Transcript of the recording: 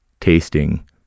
tasting